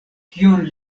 kion